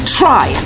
try